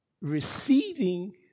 receiving